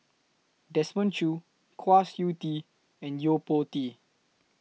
Desmond Choo Kwa Siew Tee and Yo Po Tee